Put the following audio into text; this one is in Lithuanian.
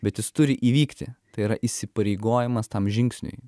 bet jis turi įvykti tai yra įsipareigojimas tam žingsniui